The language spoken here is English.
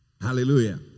Hallelujah